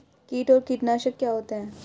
कीट और कीटनाशक क्या होते हैं?